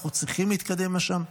אנחנו צריכים להתקדם לשם,